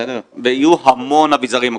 ויהיו המון אביזרים.